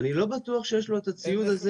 אני לא בטוח שיש לו את הציוד הזה.